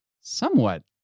somewhat